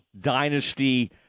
dynasty